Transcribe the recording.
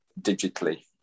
digitally